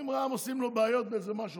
ואם רע"מ עושים לו בעיות באיזה משהו